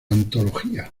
antología